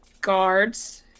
Guards